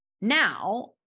now